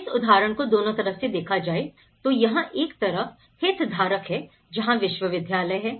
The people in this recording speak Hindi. इस उदाहरण को दोनों तरफ से देखा जाए तो यहाँ एक तरफ हितधारक है जहाँ विश्वविद्यालय हैं